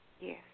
Yes